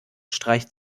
streicht